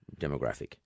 demographic